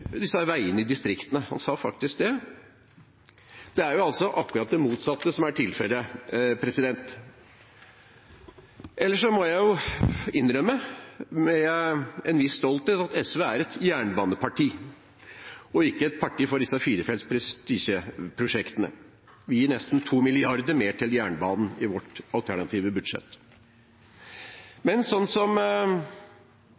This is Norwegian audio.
distriktene, han sa faktisk det. Det er akkurat det motsatte som er tilfellet. Ellers må jeg innrømme med en viss stolthet at SV er et jernbaneparti og ikke et parti for disse firefelts prestisjeprosjektene. Vi gir nesten 2 mrd. kr mer til jernbanen i vårt alternative budsjett.